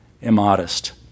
immodest